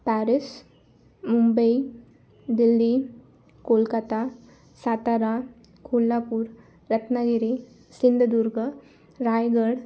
Paris Mumbai Delhi Kolkata Satara Kolhapur Ratnagiri Sindhudurg Raigad